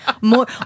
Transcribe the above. More